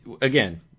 again